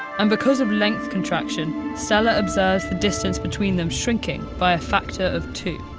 and because of length contraction, stella observes the distance between them shrinking by a factor of two.